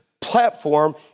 platform